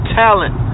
talent